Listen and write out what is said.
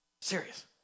Serious